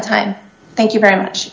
time thank you very much